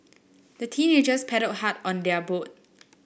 the teenagers paddled hard on their boat